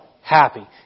happy